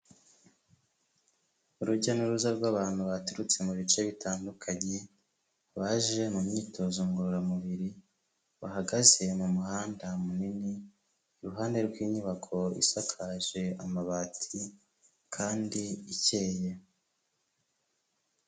Urujya n'uruza rw'abantu baturutse mu bice bitandukanye, baje mu myitozo ngororamubiri, bahagaze mu muhanda munini, iruhande rw'inyubako isakaje amabati, kandi ikeye.